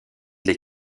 les